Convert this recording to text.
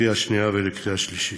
לקריאה שנייה ולקריאה שלישית.